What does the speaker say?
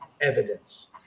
evidence